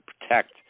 protect